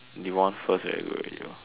they won first very good already